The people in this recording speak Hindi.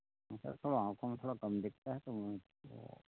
सर थोड़ा आँखों में थोड़ा कम दिखता है तो